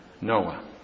Noah